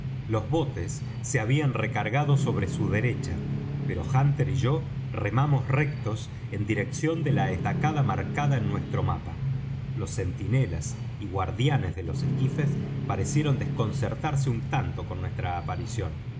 los botes se habían recargado sobre su derecha pero hunter y yo remamos rectos en dirección de la estacada marcada en nuestro mapa los centinelas y guardianes de los esquifes parecieron desconcertarse un tanto con nuestra aparición